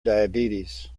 diabetes